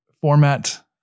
format